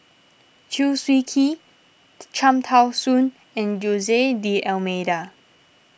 Chew Swee Kee Cham Tao Soon and Jose D'Almeida